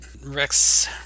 Rex